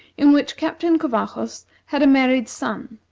in which captain covajos had a married son,